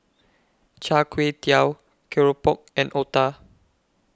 Char Kway Teow Keropok and Otah